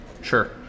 Sure